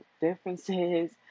differences